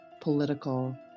political